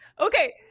Okay